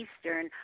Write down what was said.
Eastern